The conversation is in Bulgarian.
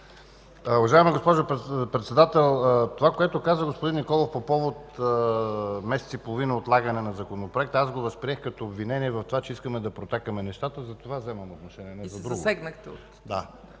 Уважаема госпожо Председател, това, което каза господин Николов по повод месец и половина отлагане на Законопроекта аз го възприех като обвинение в това, че искаме да протакаме нещата, затова вземам отношение, не за друго. ПРЕДСЕДАТЕЛ ЦЕЦКА